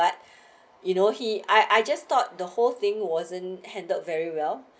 but you know he I I just thought the whole thing wasn't handled very well